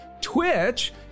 twitch